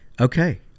okay